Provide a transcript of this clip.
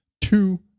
two